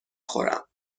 خورم